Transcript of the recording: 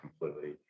completely